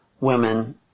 women